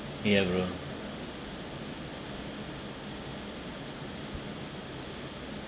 ya bro